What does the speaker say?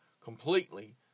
completely